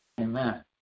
Amen